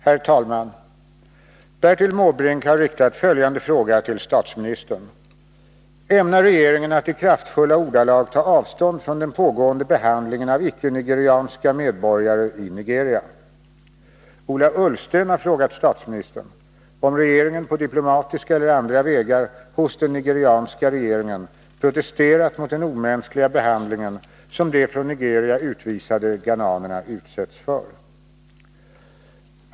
Herr talman! Bertil Måbrink har riktat följande fråga till statsministern: Ämnar regeringen att i kraftfulla ordalag ta avstånd från den pågående behandlingen av icke-nigerianska medborgare i Nigeria? Ola Ullsten har frågat statsministern om regeringen på diplomatiska eller andra vägar hos den nigerianska regeringen protesterat mot den omänskliga behandlingen som de från Nigeria utvisade ghananerna utsätts för.